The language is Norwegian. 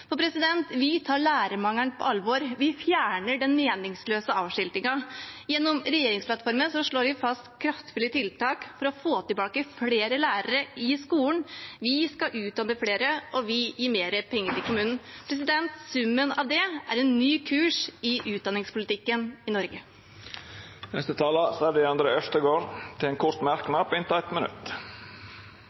Vi tar lærermangelen på alvor. Vi fjerner den meningsløse avskiltingen. I regjeringsplattformen foreslår vi kraftfulle tiltak for å få flere lærere tilbake til skolen. Vi skal utdanne flere, og vi gir mer penger til kommunene. Summen av dette er en ny kurs i utdanningspolitikken i Norge. Representanten Freddy André Øvstegård har hatt ordet to gonger tidlegare i debatten og får ordet til ein kort merknad, avgrensa til 1 minutt.